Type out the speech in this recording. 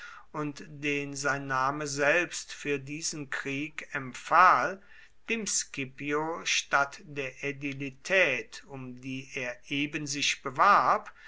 und den sein name selbst für diesen krieg empfahl dem scipio statt der ädilität um die er eben sich bewarb